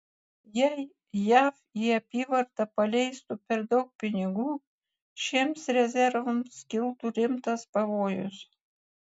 jei jav į apyvartą paleistų per daug pinigų šiems rezervams kiltų rimtas pavojus